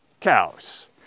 cows